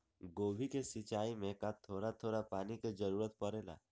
गोभी के सिचाई में का थोड़ा थोड़ा पानी के जरूरत परे ला?